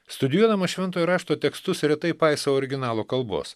studijuodamas šventojo rašto tekstus retai paisau originalo kalbos